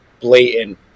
blatant